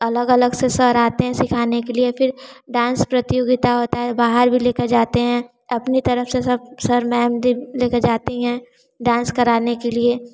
अलग अलग से सर आते हैं सिखाने के लिए फिर डांस प्रतियोगिता होता है बाहर भी लेकर जाते हैं अपनी तरफ से सर मैम लेकर जाती हैं डांस कराने के लिए